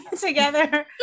together